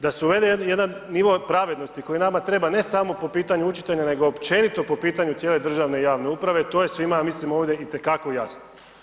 Da se uvede jedan nivo pravednosti koji nama treba ne samo po pitanju učitelja nego općenito po pitanju cijele državne i javne uprave, to je svima ovdje ja mislim ovdje itekako jasno.